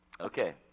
Okay